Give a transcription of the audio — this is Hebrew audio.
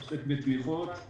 עוסק בתמיכות,